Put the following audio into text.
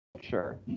Sure